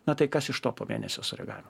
na tai kas iš to po mėnesio sureagavimo